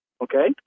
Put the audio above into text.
okay